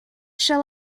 shall